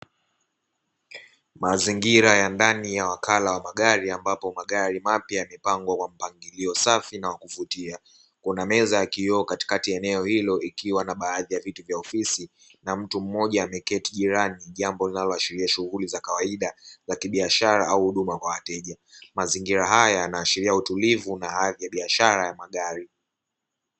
Mazingira ya ndani ya wakala wa magari, ambapo magari mapya yamepangwa kwa mpangilio safi na wa kuvutia, kuna meza ya kioo katikati ya eneo hilo ikiwa na baadhi ya vitu vya ofisi na mtu mmoja ameketi jirani jambo linaloashiria shughuli za kawaida za kibiashara au huduma kwa wateja, mazingira haya yanaashiria utulivu na hadhi ya biashara ya magari.